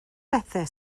bethau